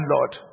Lord